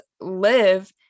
live